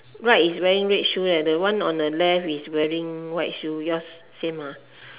right is wearing red shoe right the one on the left is wearing white shoe yours same ah